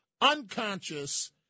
unconscious